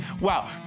Wow